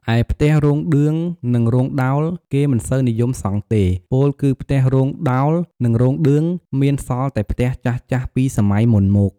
ឯផ្ទះរោលឌឿង និង រោងដោល គេមិនសូវនិយមសង់ទេ ពោលគឺផ្ទះរោងដោលនិងរោងឌឿង មានសល់តែផ្ទះចាស់ៗពីសម័យមុនមក។